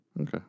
Okay